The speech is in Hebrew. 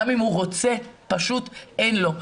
גם אם הוא רוצה, פשוט אין לו.